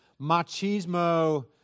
machismo